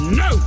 no